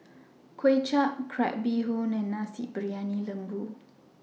Kuay Chap Crab Bee Hoon and Nasi Briyani Lembu